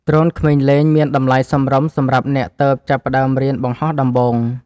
ដ្រូនក្មេងលេង មានតម្លៃសមរម្យសម្រាប់អ្នកទើបចាប់ផ្ដើមរៀនបង្ហោះដំបូង។